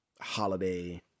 holiday